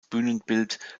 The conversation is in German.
bühnenbild